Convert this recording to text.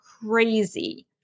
crazy